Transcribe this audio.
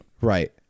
Right